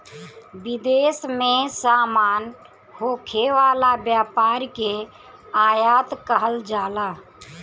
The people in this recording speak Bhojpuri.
विदेश में सामान होखे वाला व्यापार के आयात कहल जाला